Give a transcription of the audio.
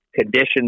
conditions